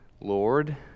Lord